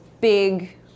big